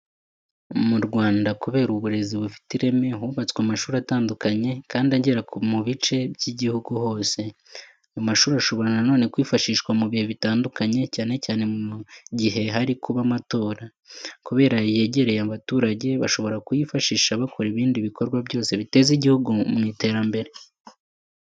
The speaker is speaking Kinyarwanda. Mu Rwanda kubera uburezi bufite ireme, hubatswe amashuri atandukanye kandi agera mu bice by'igihugu hose. Ayo mashuri ashobora na none kwifashishwa mu bihe bitandukanye, cyane cyane mu igihe hari kuba amatora. Kubera yegereye abaturage bashobora kuyifashisha bakora ibindi bikorwa byose biteza igihugu mu iterambere.